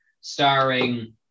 starring